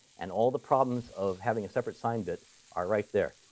and all the problems of having a separate sign bit are right there.